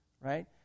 right